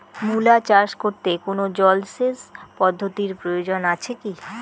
মূলা চাষ করতে কোনো জলসেচ পদ্ধতির প্রয়োজন আছে কী?